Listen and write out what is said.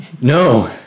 No